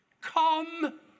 come